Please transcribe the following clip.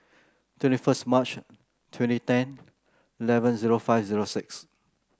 twenty first March twenty ten eleven zero five zero six